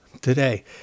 today